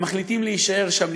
ומחליטים להישאר שם,